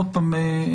עוד פעם,